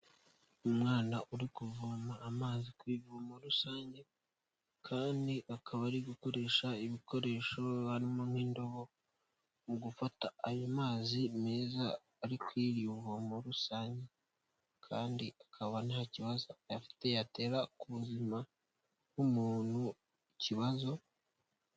Umwana uri kuvoma amazi ku ivumo rusange, kandi akaba ari gukoresha ibikoresho harimo nk'indobo mu gufata ayo mazi meza ari kuri iryo vomo rusange, kandi akaba nta kibazo afite yatera ku buzima bw'umuntu ikibazo.